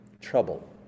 trouble